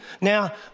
Now